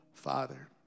Father